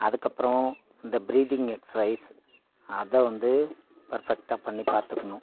அதுக்கப்புறம் இந்த breathing exercise அதை வந்து பெர்ஃபெக்ட்டாக பண்ணிப் பார்த்துக்கணும்